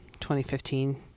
2015